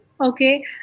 Okay